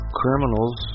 criminals